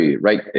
right